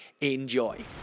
enjoy